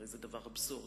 הרי זה דבר אבסורדי.